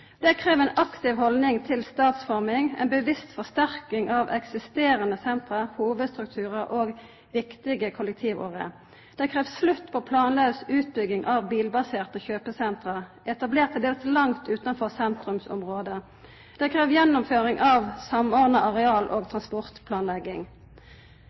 Det krev ei aktiv holdning til stadforming, ein bevisst forsterking av eksisterande sentrum, hovudstrukturar og viktige kollektivårer. Det krev slutt på planlaus utbygging av bilbaserte kjøpesenter, etablert til dels langt utanfor sentrumsområda. Det krev gjennomføring av samordna areal- og